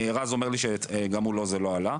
רז אומר לי שגם אצלו זה לא עלה.